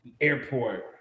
airport